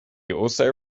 also